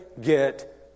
get